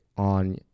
On